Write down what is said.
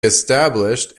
established